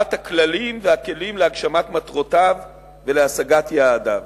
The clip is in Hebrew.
בקביעת הכללים והכלים להגשמת מטרותיו ולהשגת יעדיו.